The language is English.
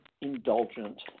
indulgent